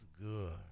good